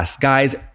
Guys